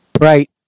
Right